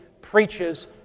preaches